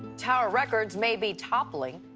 tower records may be toppling,